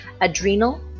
adrenal